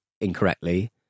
incorrectly